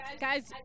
Guys